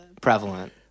prevalent